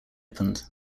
opened